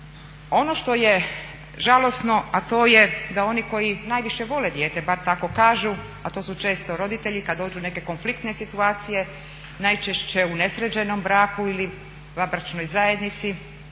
Ono što je žalosno a to je da oni koji najviše vole dijete, bar tako kažu, a to su često roditelji, kada dođu u neke konfliktne situacije, najčešće u nesređenom braku ili vanbračnoj zajednici,